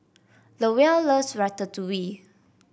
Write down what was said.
Lowell loves Ratatouille